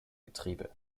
getriebe